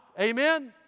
Amen